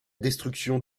destruction